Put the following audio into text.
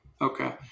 Okay